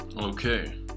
Okay